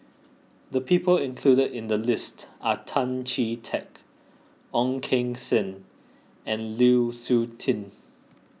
the people included in the list are Tan Chee Teck Ong Keng Sen and Lu Suitin